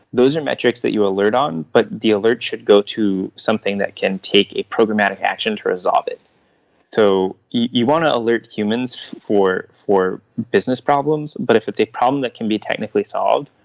those are metrics that you alert on, but the alert should go to something that can take a programmatic action to resolve it so you want to alert humans for for business problems, but if it's a problem that can be technically solved,